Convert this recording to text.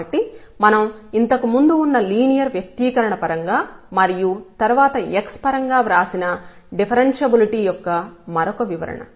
కాబట్టి మనం ఇంతకు ముందు ఉన్న లీనియర్ వ్యక్తీకరణ పరంగా మరియు తర్వాత x పరంగా వ్రాసిన డిఫరెన్షబులిటీ యొక్క మరొక వివరణ